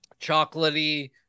chocolatey